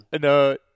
no